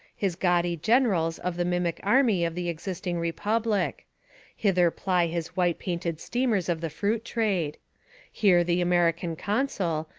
his gaudy generals of the mimic army of the existing republic hither ply his white painted steamers of the fruit trade here the american consul,